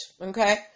okay